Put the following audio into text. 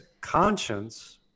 conscience